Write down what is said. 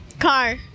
car